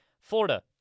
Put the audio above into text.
Florida